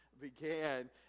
began